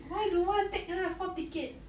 why don't want wake lah four ticket